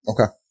Okay